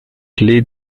clef